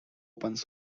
that